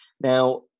Now